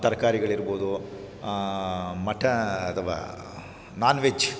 ತರಕಾರಿಗಳಿರ್ಬೋದು ಮಟ ಅಥವಾ non veg